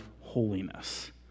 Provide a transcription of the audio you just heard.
holiness